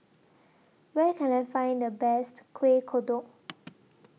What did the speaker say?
Where Can I Find The Best Kuih Kodok